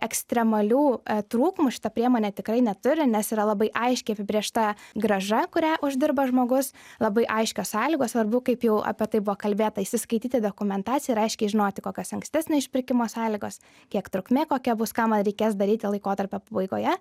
ekstremalių trūkumų šita priemonė tikrai neturi nes yra labai aiškiai apibrėžta grąža kurią uždirba žmogus labai aiškios sąlygos svarbu kaip jau apie tai buvo kalbėta įsiskaityt į dokumentaciją ir aiškiai žinoti kokios ankstesnio išpirkimo sąlygos kiek trukmė kokia bus ką man reikės daryti laikotarpio pabaigoje